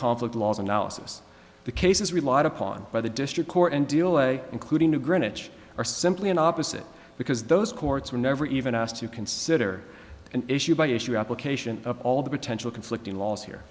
conflict laws analysis the cases relied upon by the district court and deal way including to greenwich or simply an opposite because those courts were never even asked to consider an issue by issue application of all the potential conflicting laws here